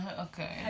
Okay